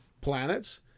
planets